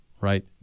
Right